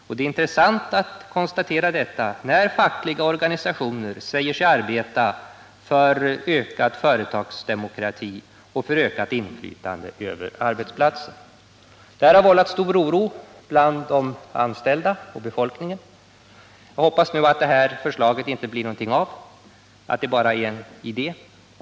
Och det är intressant att konstatera detta när fackliga organisationer säger sig arbeta för ökad företagsdemokrati och för ökat inflytande på arbetsplatsen för den anställde. Detta har nu vållat stor oro bland de anställda och befolkningen. Jag hoppas nu att det inte blir någonting av förslaget utan att det bara är en dålig idé, som kastas i papperskorgen.